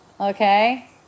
Okay